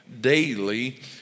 daily